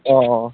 অঁ অঁ